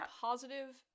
positive